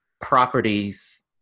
properties